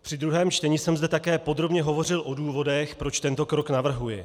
Při druhém čtení jsem zde také podrobně hovořil o důvodech, proč tento krok navrhuji.